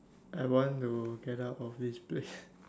I want to get our of this place